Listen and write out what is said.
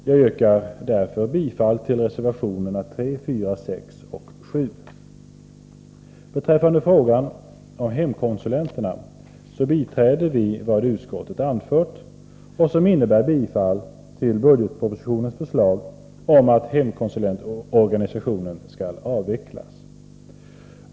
Jag yrkar därför bifall till reservationerna 3, 4, 6 och 7. Beträffande frågan om hemkonsulenterna biträder vi vad utskottet anfört, vilket innebär bifall till budgetpropositionens förslag om att hemkonsulentorganisationen skall avvecklas.